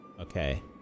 Okay